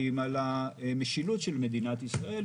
כי אם על המשילות של מדינת ישראל.